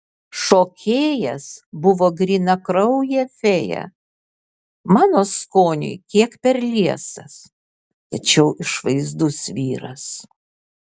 šokėjas buvo grynakraujė fėja mano skoniui kiek per liesas tačiau išvaizdus vyras